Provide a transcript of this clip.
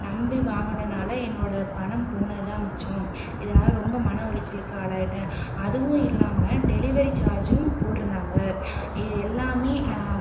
நம்பி வாங்கினனால என்னோடய பணம் போனது தான் மிச்சம் இதனால் ரொம்ப மன உளைச்சலுக்கு ஆளாயிட்டேன் அதுவும் இல்லாமல் டெலிவெரி சார்ஜும் போட்டுருந்தாங்க இது எல்லாமே நான்